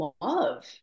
love